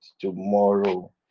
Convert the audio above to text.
tomorrow